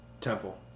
Temple